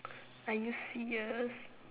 are you serious